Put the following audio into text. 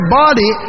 body